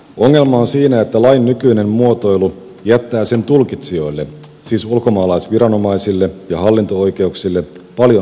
ongelma on siinä että lain nykyinen muotoilu jättää sen tulkitsijoille siis ulkomaalaisviranomaisille ja hallinto oikeuksille paljon harkintavaltaa